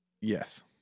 Yes